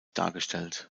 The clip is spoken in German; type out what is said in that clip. dargestellt